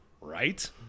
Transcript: Right